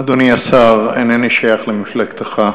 אדוני השר, איני שייך למפלגתך,